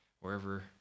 wherever